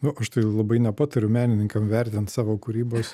nu aš tai labai nepatariu menininkam vertint savo kūrybos